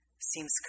seems